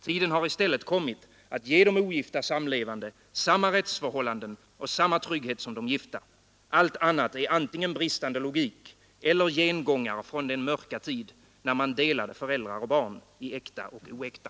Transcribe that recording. Tiden har i stället kommit att ge de ogifta samlevande samma rättsförhållanden och samma trygghet som de gifta. Allt annat är antingen bristande logik eller gengångare från den mörka tid då man delade föräldrar och barn i äkta och oäkta.